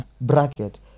bracket